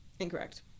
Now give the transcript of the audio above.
Incorrect